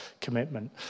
commitment